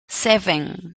seven